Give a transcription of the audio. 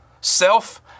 Self